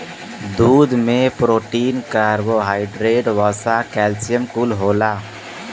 दूध में protein, carbohydrate, वसा, कैल्सियम कुल होला